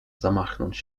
zamachnąć